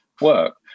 work